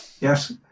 yes